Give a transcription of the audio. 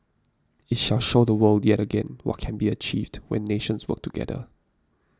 it shall show the world yet again what can be achieved when nations work together